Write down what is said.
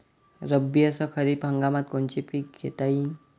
रब्बी अस खरीप हंगामात कोनचे पिकं घेता येईन?